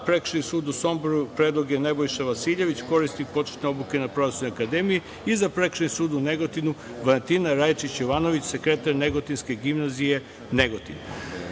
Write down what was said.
Prekršajni sud u Somboru predlog je Nebojša Vasiljević, korisnik početne obuke na Pravosudnoj akademiji i za Prekršajni sud u Negotinu Valentina Rajačić Jovanović, sekretar Negotinske gimnazije Negotin. Ovo